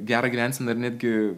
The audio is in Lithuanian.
gerą gyvenseną ir netgi